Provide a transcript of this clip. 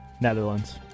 Netherlands